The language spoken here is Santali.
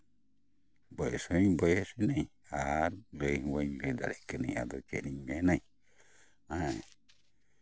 ᱵᱚᱭᱮᱥ ᱦᱚᱸᱧ ᱵᱚᱭᱮᱥ ᱱᱟᱹᱧ ᱟᱨ ᱞᱟᱹᱭ ᱦᱚᱸ ᱵᱟᱹᱧ ᱞᱟᱹᱭ ᱫᱟᱲᱮᱭᱟᱜ ᱠᱟᱹᱱᱟᱹᱧ ᱟᱫᱚ ᱪᱮᱫ ᱤᱧ ᱢᱮᱱᱟᱹᱧ ᱦᱮᱸ